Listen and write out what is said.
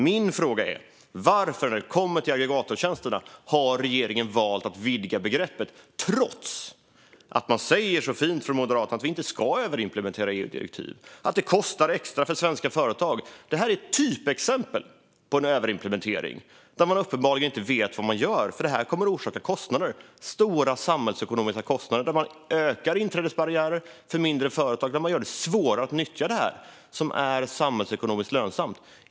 Min fråga är: Varför har regeringen valt att vidga begreppet när det kommer till aggregatortjänsterna, trots att man från Moderaternas sida så fint säger att vi inte ska överimplementera EU-direktiv - att det kostar extra för svenska företag? Detta är ett typexempel på en överimplementering där man uppenbarligen inte vet vad man gör. Det kommer att orsaka stora samhällsekonomiska kostnader och öka inträdesbarriärerna för mindre företag när man gör det svårare att nyttja detta, som är samhällsekonomiskt lönsamt.